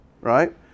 right